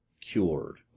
cured